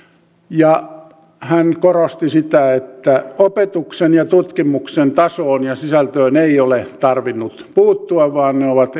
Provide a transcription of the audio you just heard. ja hän korosti sitä että opetuksen ja tutkimuksen tasoon ja sisältöön ei ole tarvinnut puuttua vaan ne ovat